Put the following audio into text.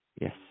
Yes